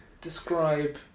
describe